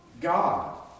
God